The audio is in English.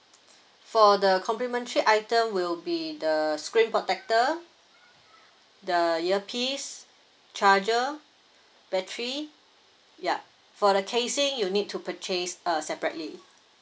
for the complimentary item will be the screen protector the ear piece charger battery ya for the casing you need to purchase uh separately